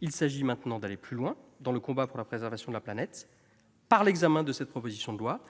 Il s'agit maintenant d'aller plus loin dans le combat pour la préservation de la planète. Avec l'examen de cette proposition de loi,